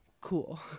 cool